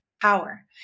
power